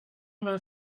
vingt